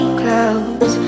close